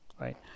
right